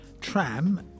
tram